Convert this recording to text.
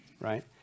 right